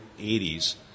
80s